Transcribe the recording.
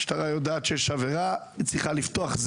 המשטרה יודעת שיש עבירה, היא צריכה לפתוח בחקירה.